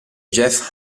jeff